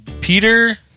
Peter